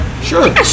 sure